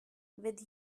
with